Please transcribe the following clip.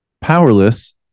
powerless